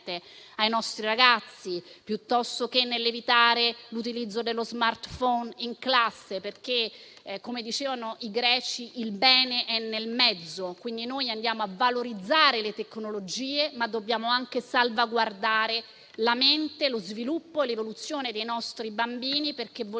ai nostri ragazzi, piuttosto che nel vietare l'utilizzo dello *smartphone* in classe perché - come dicevano i greci - il bene è nel mezzo. Noi andiamo quindi a valorizzare le tecnologie, ma dobbiamo anche salvaguardare la mente, lo sviluppo e l'evoluzione dei nostri bambini, perché vogliamo